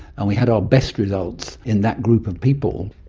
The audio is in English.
and we had our best results in that group of people.